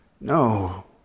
No